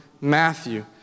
Matthew